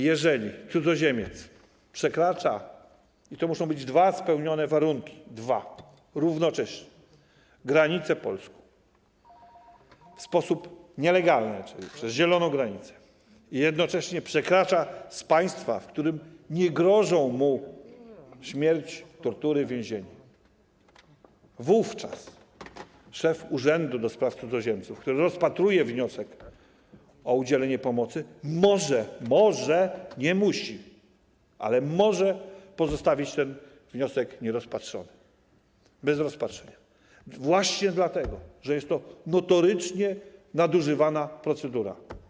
Jeżeli cudzoziemiec przekracza - muszą tu być spełnione dwa warunki równocześnie - granicę Polski w sposób nielegalny, czyli zieloną granicę, a jednocześnie jest to granica z państwem, w którym nie grożą mu śmierć, tortury, więzienie, wówczas szef Urzędu do Spraw Cudzoziemców, który rozpatruje wniosek o udzielenie pomocy, może - nie musi, ale może - pozostawić ten wniosek nierozpatrzony, bez rozpatrzenia, właśnie dlatego, że jest to notorycznie nadużywana procedura.